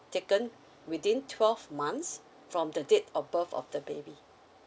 taken within twelve months from the date of birth of the baby